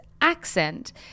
accent